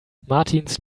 martins